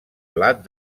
blat